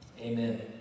amen